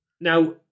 Now